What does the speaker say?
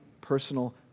personal